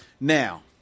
Now